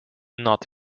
not